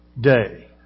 day